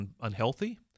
unhealthy